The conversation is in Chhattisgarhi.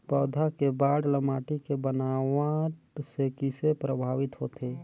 पौधा के बाढ़ ल माटी के बनावट से किसे प्रभावित होथे?